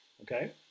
Okay